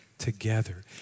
together